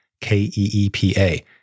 K-E-E-P-A